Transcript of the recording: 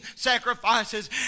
sacrifices